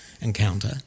encounter